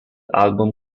album